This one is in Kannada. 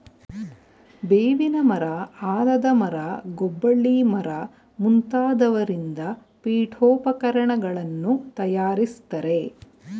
ಬೇವಿನ ಮರ, ಆಲದ ಮರ, ಗೊಬ್ಬಳಿ ಮರ ಮುಂತಾದವರಿಂದ ಪೀಠೋಪಕರಣಗಳನ್ನು ತಯಾರಿಸ್ತರೆ